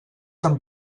tan